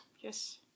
Yes